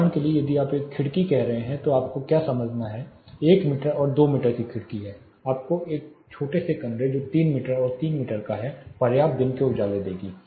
उदाहरण के लिए यदि आप एक खिड़की कह रहे हैं तो आपको क्या समझना है एक मीटर और दो मीटर की खिड़की आपको एक छोटे से कमरे जो 3 मीटर और 3 मीटर का है पर्याप्त दिन के उजाले देगी